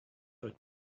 heard